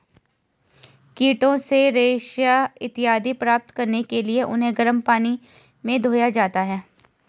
कीटों से रेशा इत्यादि प्राप्त करने के लिए उन्हें गर्म पानी में धोया जाता है